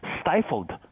stifled